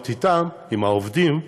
אתם, עם העובדים,